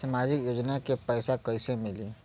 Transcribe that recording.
सामाजिक योजना के पैसा कइसे मिली?